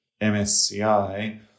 MSCI